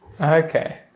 Okay